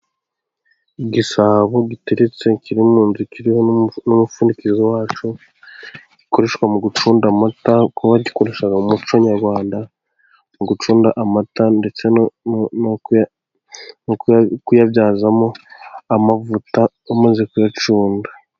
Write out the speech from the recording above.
Igisabo giteritse, kiri mu nzu kiriho n'umupfundikizo wacu, ukoreshwa mu gucunda amata, kuko bagikoresha mu muco nyarwanda mu gucunda amata ndetse kuyabyazamo amavuta bamaze kuyacunda.